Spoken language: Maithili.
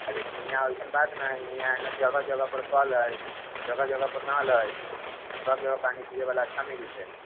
लेकिन इहाँ ऐसन बात नहि हय इहाँ जगह जगह पर कल अइ जगह जगह पर नल अइ सभ जगह पियै बला अच्छा मिलैत हय